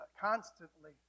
constantly